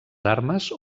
armes